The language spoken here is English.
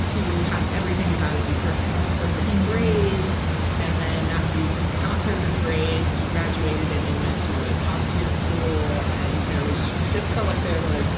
to have everything about it be perfect perfect grades and then, after you got perfect grades, you graduated, and you went to a top-tier school. and there was it just felt like there was